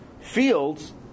fields